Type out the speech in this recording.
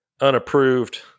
unapproved